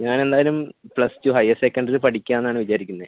ഞാനെന്തായാലും plus two higher secondary പഠിക്കാമെന്നാണ് വിചാരിക്കുന്നത്